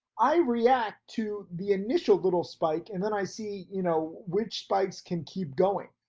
i react to the initial little spike, and then i see, you know, which spikes can keep going.